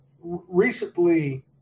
recently